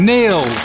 Neil